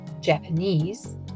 Japanese